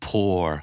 Poor